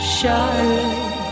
Charlotte